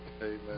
Amen